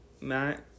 Matt